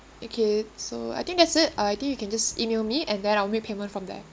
okay so I think that's it uh I think you can just E-mail me and then I'll make payment from there